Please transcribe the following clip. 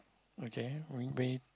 okay w~ whe~